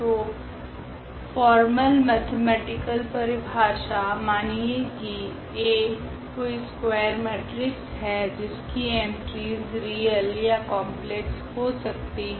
तो formal mathematical परिभाषा मानिए की A कोई स्क्वायर मेट्रिक्स है जिसकी एंट्रीस रियल या कॉम्प्लेक्स हो सकते है